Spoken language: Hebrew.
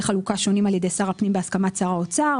חלוקה שונים על ידי שר הפנים בהסכמת שר האוצר,